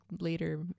later